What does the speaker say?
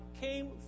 came